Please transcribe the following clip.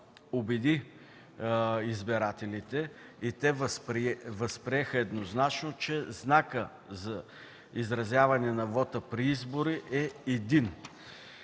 убеди избирателите и те възприеха еднозначно, че знакът за изразяване на вота при избори е един.